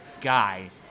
guy